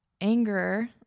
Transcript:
anger